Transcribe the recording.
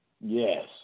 Yes